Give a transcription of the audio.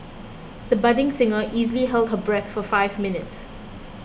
the budding singer easily held her breath for five minutes